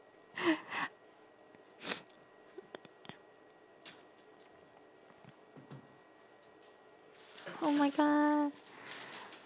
oh my god